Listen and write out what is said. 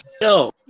Yo